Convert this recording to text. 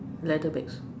leather bags